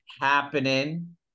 happening